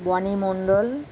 Boni Mondal